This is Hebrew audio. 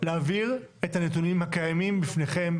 להעביר את הנתונים הקיימים בפניכם,